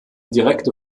direkte